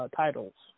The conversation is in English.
titles